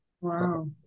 Wow